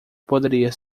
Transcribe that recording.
poderia